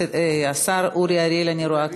השר אורי אריאל, אני רואה.